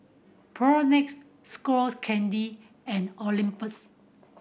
Propnex Skull Candy and Olympus